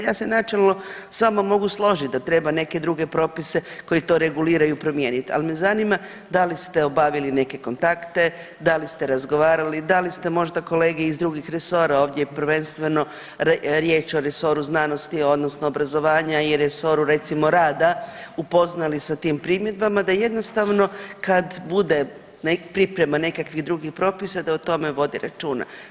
Ja se načelno s vama mogu složiti da treba neke druge propise koji to reguliraju promijenit, ali me zanima da li ste obavili neke kontakte, da li ste razgovarali, da li ste možda kolege iz drugih resora ovdje prvenstveno je riječ o resoru znanosti odnosno obrazovanja i resoru recimo rada upoznali s tim primjedbama da jednostavno kad bude priprema nekih drugih propisa da o tome vodi računa.